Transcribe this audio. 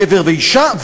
גבר ואישה,